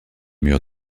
murs